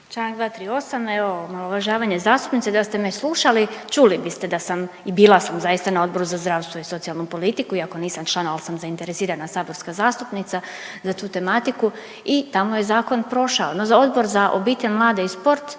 Čl. 238., evo omalovažavanje zastupnice, da ste me slušali čuli biste da sam, i bila sam zaista na Odboru za zdravstvo i socijalnu politiku iako nisam član, al sam zainteresirana saborska zastupnika za tu tematiku i tamo je zakon prošao, no za Odbor za obitelj, mlade i sport